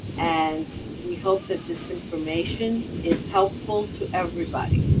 and we hope that this information is helpful to everybody.